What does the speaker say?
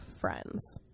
friends